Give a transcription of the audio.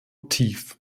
tief